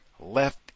left